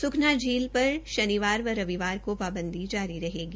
सुखना झील पर शनिवार व रविवार को पाबंदी जारी रहेगी